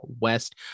West